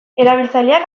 erabiltzaileak